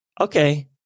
okay